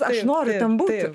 aš noriu ten būti